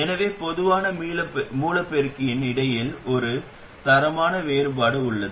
எனவே பொதுவான மூல பெருக்கிக்கு இடையே ஒரு தரமான வேறுபாடு உள்ளது